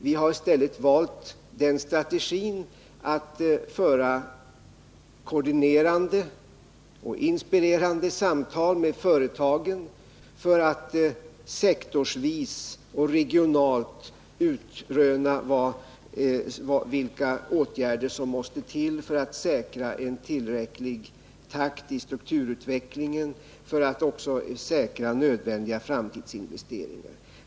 Vi har i stället valt strategin att föra koordinerande och inspirerande samtal med företagen för att sektorsvis och regionalt utröna vilka åtgärder som måste till för att säkra en tillräcklig takt i strukturutvecklingen och för att också säkra nödvändiga framtidsinvesteringar.